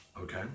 okay